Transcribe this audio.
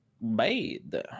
made